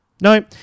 No